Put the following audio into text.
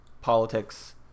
politics